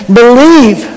believe